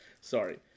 Sorry